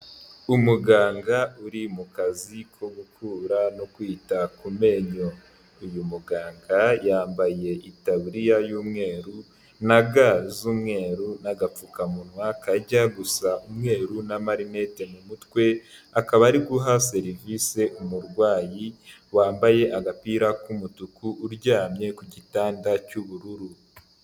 Umuganga uri mu kazi ko gukura no kwita ku menyo, uyu muganga yambaye itaburiya y'umweru na ga z'umweru n'agapfukamunwa kajya gusa umweru na marinete mu mutwe, akaba ari guha serivise umurwayi wambaye agapira k'umutuku uryamye ku gitanda cy'ubururu.